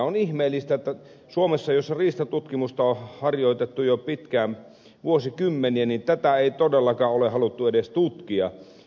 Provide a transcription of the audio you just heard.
on ihmeellistä että suomessa jossa riistatutkimusta on harjoitettu jo pitkään vuosikymmeniä tätä ei todellakaan ole haluttu edes tutkia